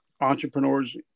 entrepreneurs